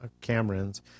Camerons